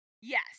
Yes